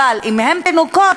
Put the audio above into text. אבל אם הם תינוקות,